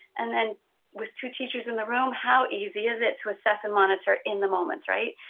and then with two teachers in the room, how easy is it to assess and monitor in the moment, right?